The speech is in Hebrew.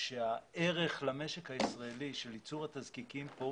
שהערך למשק הישראלי של ייצור התזקיקים כאן